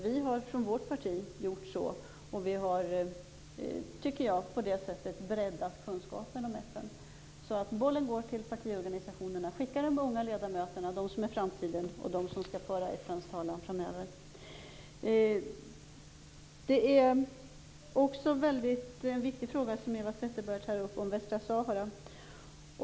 Vi har från vårt parti gjort så, och vi har på det sättet breddat kunskaper om FN. Bollen går till partiorganisationerna. Skicka de unga ledamöterna, det är de som är framtiden och som skall föra FN:s talan framöver. Västra Sahara är också en väldigt viktig fråga.